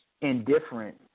indifferent